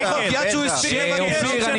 אופיר, אני